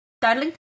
darling